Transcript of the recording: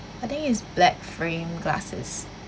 I think is black framed glasses